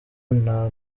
nta